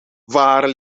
waar